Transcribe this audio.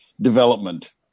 development